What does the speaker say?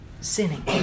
sinning